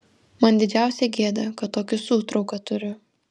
man didžiausia gėda kad tokį sūtrauką turiu